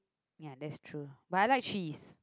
ya that's true but I like cheese